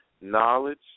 Knowledge